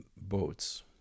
boats